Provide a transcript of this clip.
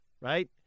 right